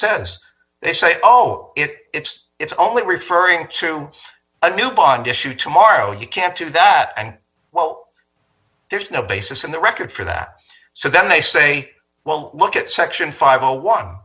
says they say oh it it's it's only referring to a new bond issue tomorrow you can't do that and well there's no basis in the record for that so then i say well look at section five